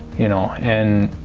you know? and